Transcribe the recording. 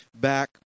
back